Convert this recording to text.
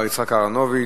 השר אהרונוביץ,